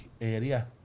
area